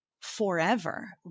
forever